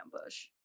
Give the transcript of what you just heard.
ambush